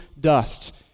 dust